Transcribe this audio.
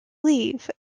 leave